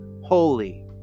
holy